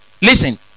Listen